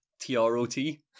T-R-O-T